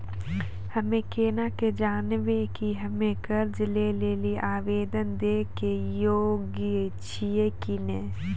हम्मे केना के जानबै कि हम्मे कर्जा लै लेली आवेदन दै के योग्य छियै कि नै?